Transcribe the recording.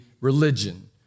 religion